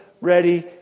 ready